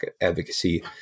advocacy